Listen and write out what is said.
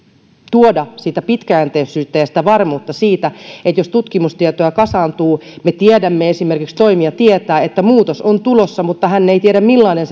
tuoda sitä pitkäjänteisyyttä ja sitä varmuutta siitä että jos tutkimustietoja kasaantuu toimija esimerkiksi tietää että muutos on tulossa mutta hän ei tiedä millainen